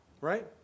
Right